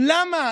למה?